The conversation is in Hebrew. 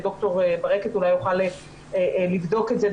ד"ר ברקת אולי יוכל לבדוק את זה,